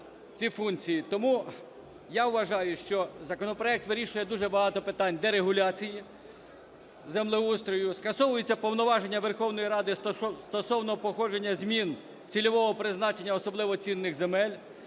Тому я вважаю, що законопроект вирішує дуже багато питань дерегуляції землеустрою. Скасовуються повноваження Верховної Ради стосовно походження змін цільового призначення особливо цінних земель.